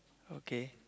okay